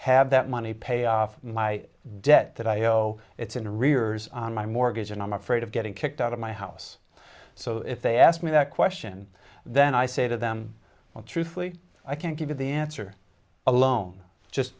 have that money pay off my debt that i owe it's an rears on my mortgage and i'm afraid of getting kicked out of my house so if they ask me that question then i say to them well truthfully i can't give you the answer alone just